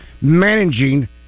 managing